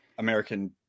American